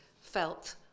felt